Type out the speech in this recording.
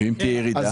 אז